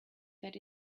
that